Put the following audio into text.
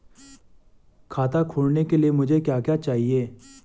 खाता खोलने के लिए मुझे क्या क्या चाहिए?